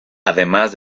además